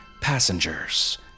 Passengers